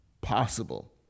possible